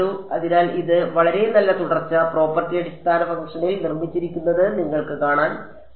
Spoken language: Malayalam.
അതിനാൽ ഇത് വളരെ നല്ല തുടർച്ച പ്രോപ്പർട്ടി അടിസ്ഥാന ഫംഗ്ഷനിൽ നിർമ്മിച്ചിരിക്കുന്നത് നിങ്ങൾക്ക് കാണാൻ കഴിയും